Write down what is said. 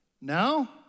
Now